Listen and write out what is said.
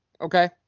Okay